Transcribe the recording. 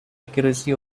accuracy